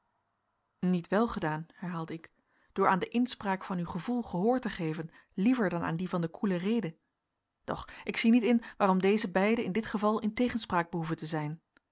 niet welgedaan herhaalde ik door aan de inspraak van uw gevoel gehoor te geven liever dan aan die van de koele rede doch ik zie niet in waarom deze beide in dit geval in tegenspraak behoeven te zijn